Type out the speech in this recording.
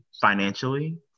financially